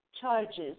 charges